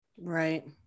Right